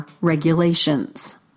regulations